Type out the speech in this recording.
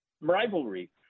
rivalry